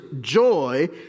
joy